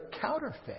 counterfeit